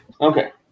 Okay